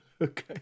Okay